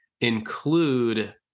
include